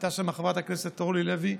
הייתה שם חברת הכנסת אורלי לוי,